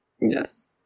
Yes